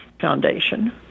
Foundation